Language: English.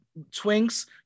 Twinks